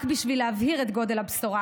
רק בשביל להבהיר את גודל הבשורה: